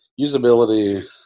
usability